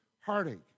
heartache